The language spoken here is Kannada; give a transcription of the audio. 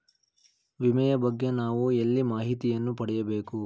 ವಿಮೆಯ ಬಗ್ಗೆ ನಾವು ಎಲ್ಲಿ ಮಾಹಿತಿಯನ್ನು ಪಡೆಯಬೇಕು?